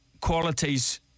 qualities